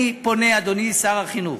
אני פונה, אדוני שר החינוך,